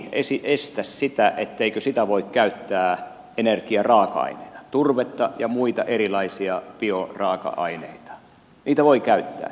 ei tämä laki estä sitä niin ettei sitä voi käyttää energiaraaka aineena turvetta ja muita erilaisia bioraaka aineita voi käyttää